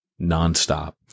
nonstop